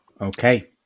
okay